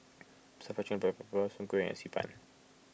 Stir Fry Chicken Black Pepper Soon Kueh and Xi Ban